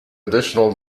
additional